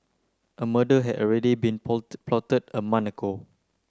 a murder had already been plotted a month ago